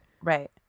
right